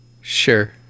Sure